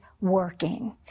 working